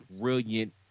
brilliant